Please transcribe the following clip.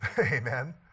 Amen